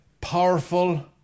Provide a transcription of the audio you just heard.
powerful